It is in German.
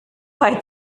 bei